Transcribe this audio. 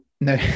No